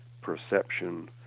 perception